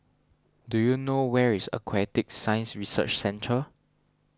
do you know where is Aquatic Science Research Centre